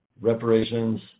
reparations